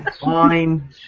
Fine